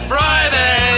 Friday